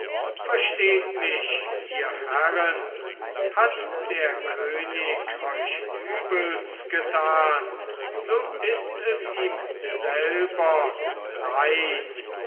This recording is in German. versteht mich ihr herren hat der könig euch übels getan so ist es ihm selber leid